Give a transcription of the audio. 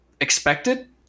expected